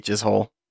Hole